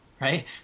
right